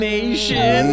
Nation